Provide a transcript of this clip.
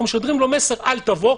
אנחנו משדרים לו מסר: אל תבוא,